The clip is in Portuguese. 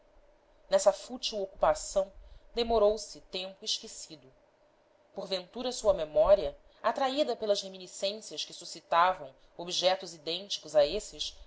fútil ocupação demorou-se tempo esquecido por ventura sua memória atraída pelas reminiscências que suscitavam objetos idênticos a esses